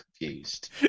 confused